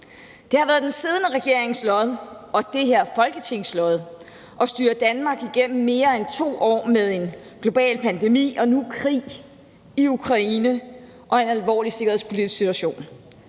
Det har været den siddende regerings lod og det her Folketings lod at styre Danmark igennem mere end 2 år med en global pandemi og nu krig i Ukraine og en alvorlig sikkerhedspolitisk situation.